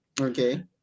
Okay